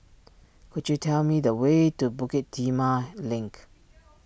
could you tell me the way to Bukit Timah Link